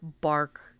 bark